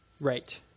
right